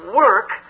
work